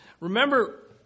Remember